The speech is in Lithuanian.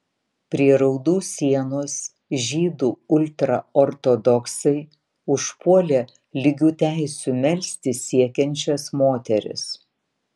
prie raudų sienos žydų ultraortodoksai užpuolė lygių teisių melstis siekiančias moteris